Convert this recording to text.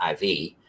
IV